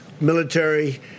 military